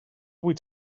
vuit